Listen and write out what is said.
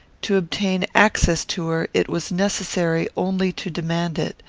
to obtain access to her, it was necessary only to demand it.